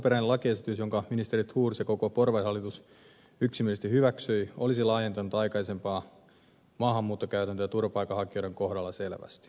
alkuperäinen lakiesitys jonka ministeri thors ja koko porvarihallitus yksimielisesti hyväksyivät olisi laajentanut aikaisempaa maahanmuuttokäytäntöä turvapaikanhakijoiden kohdalla selvästi